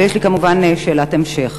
יש לי, כמובן, שאלת המשך.